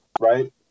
right